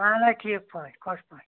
اَہَن حظ ٹھیٖک پٲٹھۍ خۄش پٲٹھۍ